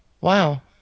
Wow